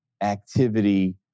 activity